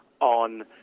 on